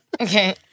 Okay